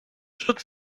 wprzód